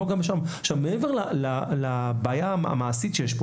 מעבר לבעיה המעשית שיש כאן,